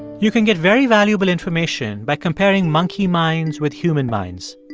you can get very valuable information by comparing monkey minds with human minds.